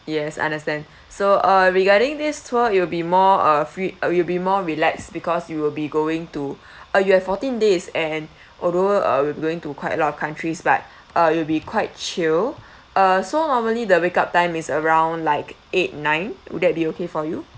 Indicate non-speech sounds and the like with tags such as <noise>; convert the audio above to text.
yes understand <breath> so uh regarding this tour it will be more uh free you'll be more relax because you will be going to <breath> uh you have fourteen days and <breath> although uh we'll be going to quite a lot of countries but uh it'll be quite chill <breath> uh so normally the wake up time is around like eight nine will that be okay for you